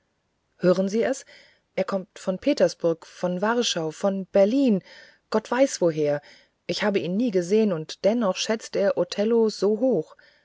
hören sie es er kommt von petersburg von warschau von berlin gott weiß woher ich habe ihn nie gesehen und dennoch schätzt er othello so hoch